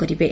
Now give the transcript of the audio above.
କରିବେ